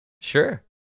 Sure